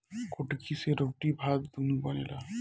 कुटकी से रोटी भात दूनो बनेला